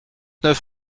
neuf